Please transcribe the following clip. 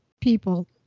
people